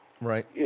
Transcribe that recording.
Right